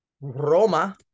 Roma